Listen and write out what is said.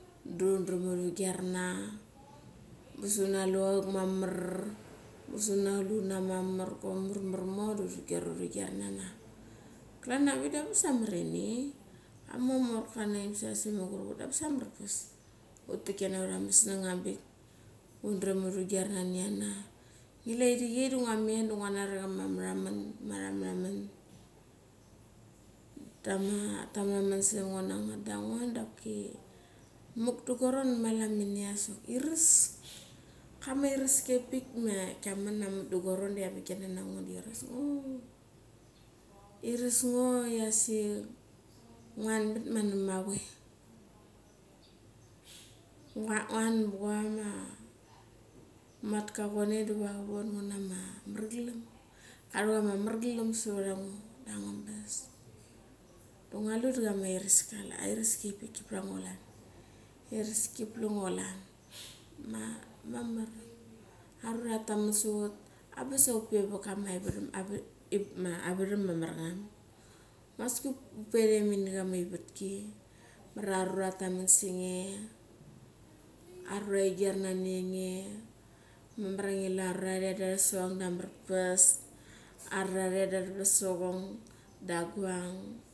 Da utdram uri guer na, angabas una lu ak mamar, angabas una luna mamar, chok marmar mo dok uri guer uri guer na na. Klan avik da angabas ia amar ini, ama morka kana ngim sa mugurup ut da angabas ia mer vas. Utik kina ura musnang avang bik undram uri guer nani ana. Ngilu ia irechei da nguamet da ngua nai kama meraman, ma tameramau serem ngo hangut doki muk dugua ron mala minia sok iras. Kama iraski i avaik pik ma kiaman namuk dugua ron doki kla miki nango doki airas ngo. Iras ngo ia asik nguan bat ma nama choi, nguan ba gua ma matcha chonei diwa ka von ngo nama mer galam. Arava ma mer galam savat ra ngo, da angabas. Da ngua lu dok kama iraski ki palang ngo klan. Da ngua lu dak kama iraski ki palang ngo klan. Mamar ia arura ta taman sa ut, angabas ia upe vat kama veram, ma mar ngam, masky utpei ire mini kama ivet ki. Mamar ia arurra ta taman senge, arura ti guer na ni ange, mamar ia ngilu ia arura are da arava sochong da amar ves, da arura sochong da aguang.